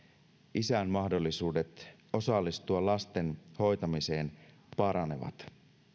isän mahdollisuudet osallistua lasten hoitamiseen paranevat